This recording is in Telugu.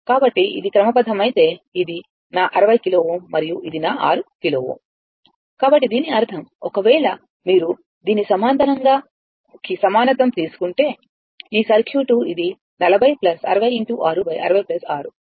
కాబట్టి ఇది క్రమబద్ధమైతే ఇది నా 60 కిలో Ω మరియు ఇది నా 6 కిలోΩ కాబట్టి దీని అర్థం ఒకవేళ మీరు దీని సమాంతరంగా కి సమానత్వం తీసుకుంటే ఈ సర్క్యూట్ ఇది 40 60 6